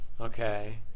Okay